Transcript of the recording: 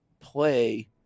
play